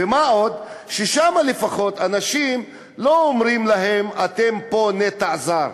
ומה עוד ששם לפחות לא אומרים לאנשים: אתם פה נטע זר,